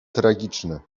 tragiczny